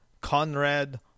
Conrad